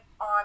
on